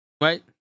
Right